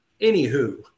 anywho